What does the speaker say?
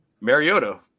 Mariota